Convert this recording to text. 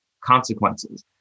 consequences